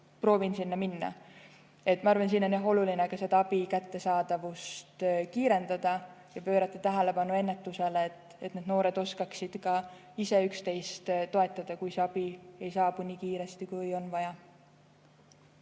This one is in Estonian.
proovin sinna minna. Ma arvan, et siin on oluline ka abi kättesaadavust kiirendada ja pöörata tähelepanu ennetusele, et need noored oskaksid ka ise üksteist toetada, kui see abi ei saabu nii kiiresti, kui on vaja.